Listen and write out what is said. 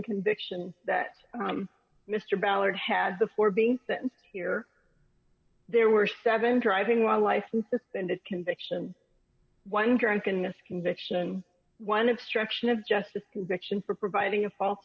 conviction that mr ballard had before being sentenced here there were seven driving license suspended conviction one drunkenness conviction one obstruction of justice conviction for providing a false